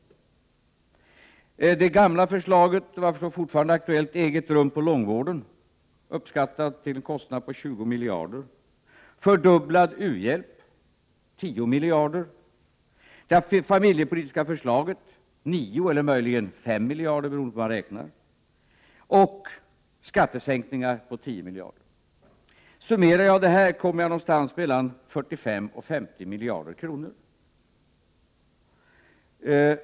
Som exempel kan nämnas det gamla förslaget, som såvitt jag förstår fortfarande är aktuellt, om eget rum i långvården, uppskattat till en kostnad på 20 miljarder, fördubblad u-hjälp till en kostnad av 10 miljarder, det familjepolitiska förslaget till en kostnad av 9 eller möjligen 5 miljarder beroende på hur man räknar och skattesänkningar på 10 miljarder. Om jag summerar detta blir det mellan 45 och 50 miljarder kronor.